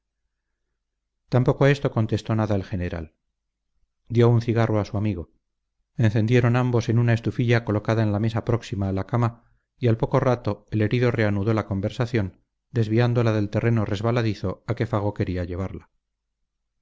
tampoco a esto contestó nada el general dio un cigarro a su amigo encendieron ambos en una estufilla colocada en la mesa próxima a la cama y al poco rato el herido reanudó la conversación desviándola del terreno resbaladizo a que fago quería llevarla